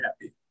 happy